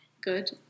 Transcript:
good